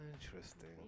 Interesting